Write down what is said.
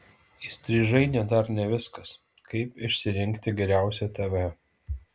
įstrižainė dar ne viskas kaip išsirinkti geriausią tv